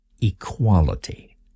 Equality